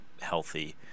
healthy